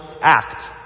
act